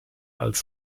als